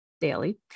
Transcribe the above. daily